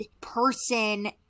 person